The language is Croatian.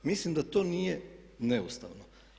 Mislim da to nije neustavno.